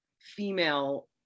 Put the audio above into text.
female